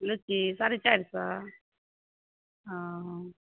लुच्ची साढ़े चारि सए ओ